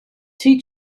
two